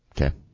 Okay